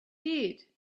did